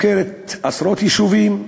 עוקרת עשרות יישובים,